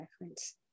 reference